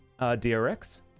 DRX